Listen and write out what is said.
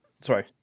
Sorry